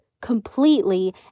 completely